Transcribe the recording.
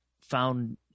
found